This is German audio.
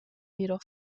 jedoch